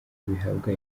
bihabwa